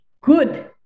good